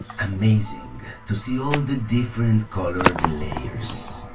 amazing to see all the different colored and layers.